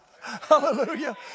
hallelujah